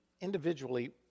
individually